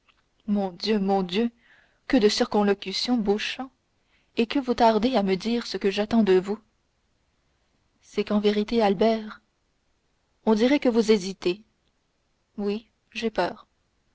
mon dieu mon dieu que de circonlocutions beauchamp et que vous tardez à me dire ce que j'attends de vous c'est qu'en vérité albert on dirait que vous hésitez oui j'ai peur